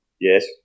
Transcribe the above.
Yes